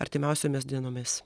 artimiausiomis dienomis